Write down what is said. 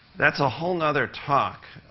that's a whole nother talk